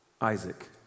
Isaac